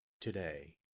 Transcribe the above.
today